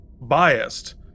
biased